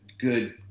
good